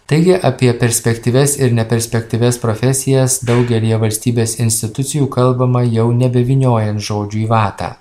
taigi apie perspektyvias ir neperspektyvias profesijas daugelyje valstybės institucijų kalbama jau nebevyniojant žodžių į vatą